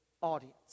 audience